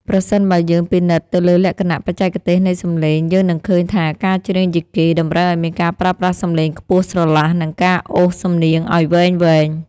ប្រសិនបើយើងពិនិត្យទៅលើលក្ខណៈបច្ចេកទេសនៃសំឡេង យើងនឹងឃើញថាការច្រៀងយីកេតម្រូវឱ្យមានការប្រើប្រាស់សំឡេងខ្ពស់ស្រឡះ និងការអូសសំនៀងឱ្យវែងៗ។